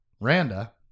randa